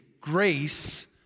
grace